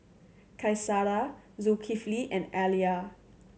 Qaisara Zulkifli and Alya